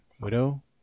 Widow